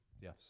Yes